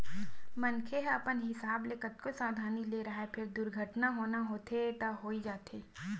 मनखे ह अपन हिसाब ले कतको सवधानी ले राहय फेर दुरघटना होना होथे त होइ जाथे